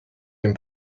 dem